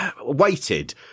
waited